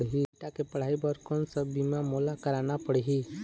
मोर बेटा के पढ़ई बर कोन सा बीमा मोला करना पढ़ही?